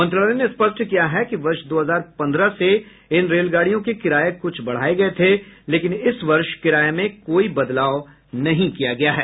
मंत्रालय ने स्पष्ट किया है कि वर्ष दो हजार पंद्रह से इन रेलगाड़ियों के किराए कुछ बढ़ाए गए थे लेकिन इस वर्ष किराये में कोई बदलाव नहीं किया गया है